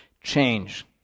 change